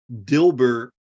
Dilbert